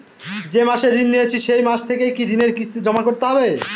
যে মাসে ঋণ নিয়েছি সেই মাস থেকেই কি ঋণের কিস্তি জমা করতে হবে?